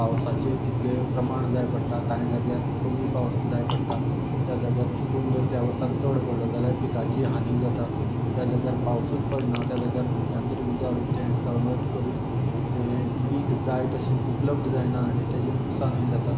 पावसाचे तितले प्रमाण जाय पडटा कांय जाग्यार कमी पावस जाय पडटा ज्या जाग्यार चुकून जर त्या वर्सा चड पडलो जाल्यार पिकाची हानी जाता ज्या जाग्यार पावसूच पडना त्या जाग्यार खंयच्यान तरी उदक हाडून ते तळवत करून ते पीक जाय तशें उपलब्द जायना आनी तेजे नूकसानूय जाता